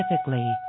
specifically